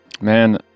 Man